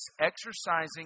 exercising